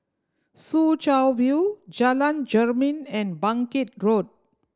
Soo Chow View Jalan Jermin and Bangkit Road